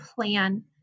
Plan